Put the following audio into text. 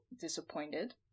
disappointed